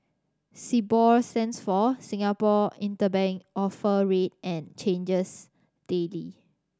Sibor stands for Singapore Interbank Offer Rate and changes daily